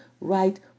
right